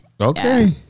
Okay